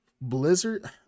blizzard